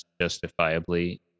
justifiably